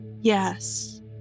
Yes